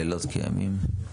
לילות כימים.